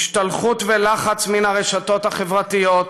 השתלחות ולחץ מן הרשתות החברתיות,